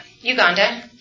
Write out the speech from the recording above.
Uganda